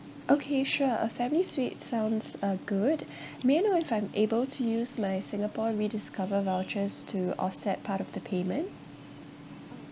okay sure a family suite sounds uh good may I know if I'm able to use my singapore rediscover vouchers to offset part of the payment